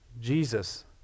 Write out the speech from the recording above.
Jesus